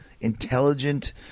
intelligent